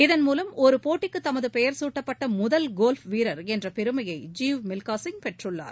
இதன் மூவம் ஒரு போட்டிக்கு தமது பெயர் சூட்டப்பட்ட முதல் கோவ்ப் வீரர் என்ற பெருமையை ஜீவ் மில்கா சிங் பெற்றுள்ளார்